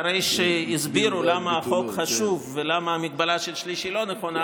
אחרי שהסבירו למה החוק חשוב ולמה המגבלה של שליש היא לא נכונה,